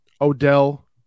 Odell